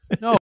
No